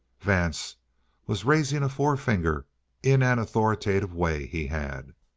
vance was raising a forefinger in an authoritative way he had.